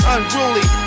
Unruly